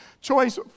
choice